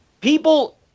people